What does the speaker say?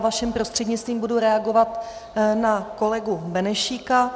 Vaším prostřednictvím budu reagovat na kolegu Benešíka.